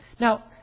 Now